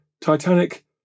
Titanic